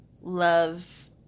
Love